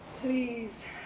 Please